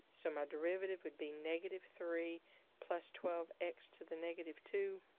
so my derivative would be negative three plus twelve x to the negative two.